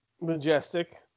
Majestic